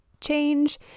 change